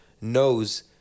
knows